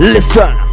Listen